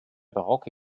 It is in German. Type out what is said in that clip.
barocke